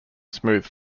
smooth